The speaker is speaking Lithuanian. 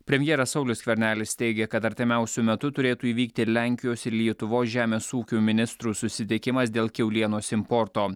premjeras saulius skvernelis teigė kad artimiausiu metu turėtų įvykti lenkijos ir lietuvos žemės ūkio ministrų susitikimas dėl kiaulienos importo